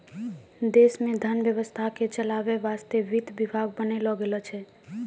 देश मे धन व्यवस्था के चलावै वासतै वित्त विभाग बनैलो गेलो छै